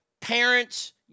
Parents